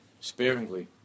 sparingly